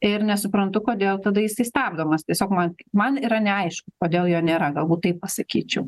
ir nesuprantu kodėl tada jisai stabdomas tiesiog man man yra neaišku kodėl jo nėra galbūt taip pasakyčiau